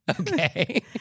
Okay